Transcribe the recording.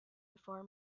before